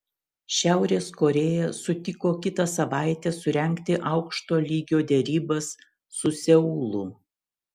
šiaurės korėja sutiko kitą savaitę surengti aukšto lygio derybas su seulu